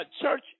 church